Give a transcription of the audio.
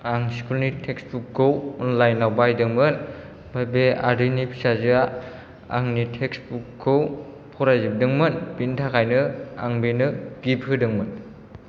आं स्कुलनि text book खौ अनलाइन आव बायदोंमोन ओमफ्राय बे आदैनि फिसाजोआ आंनि टेक्स्ट बुक खौ फरायजोबदोंमोन बेनि थाखायनो आं बेनो गिफ्ट होदोंमोन